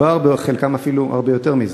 וחלקם אפילו הרבה יותר מזה.